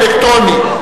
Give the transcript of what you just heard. אלקטרוני.